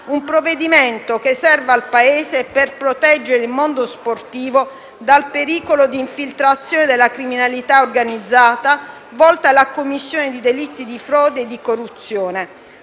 un provvedimento che serve al Paese per proteggere il mondo sportivo dal pericolo di infiltrazioni della criminalità organizzata volte alla commissione di delitti di frode e di corruzione.